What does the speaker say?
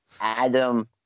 Adam